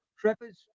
Trevor's